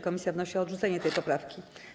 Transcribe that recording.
Komisja wnosi o odrzucenie tej poprawki.